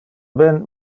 ben